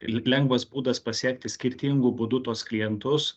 lengvas būdas pasiekti skirtingu būdu tuos klientus